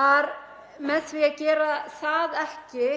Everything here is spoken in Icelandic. að með því að gera það ekki